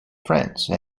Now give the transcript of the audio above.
france